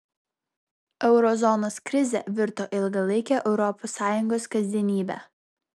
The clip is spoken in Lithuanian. euro zonos krizė virto ilgalaike europos sąjungos kasdienybe